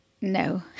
No